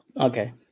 Okay